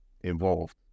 involved